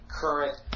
current